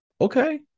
okay